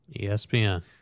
ESPN